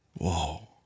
Whoa